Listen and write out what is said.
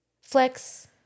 flex